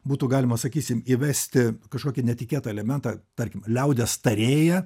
būtų galima sakysim įvesti kažkokį netikėtą elementą tarkim liaudies tarėją